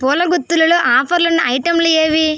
పూల గుత్తులలో ఆఫర్లున్న ఐటెంలు ఏవి